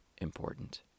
important